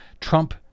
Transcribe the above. Trump